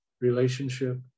relationship